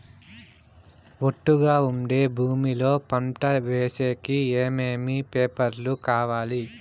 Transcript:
ఒట్టుగా ఉండే భూమి లో పంట వేసేకి ఏమేమి పేపర్లు కావాలి?